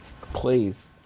Please